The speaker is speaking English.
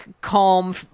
calm